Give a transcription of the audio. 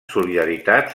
solidaritat